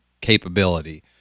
capability